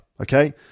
okay